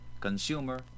Consumer